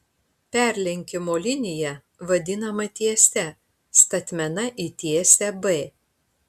perlenkimo linija vadinama tiese statmena į tiesę b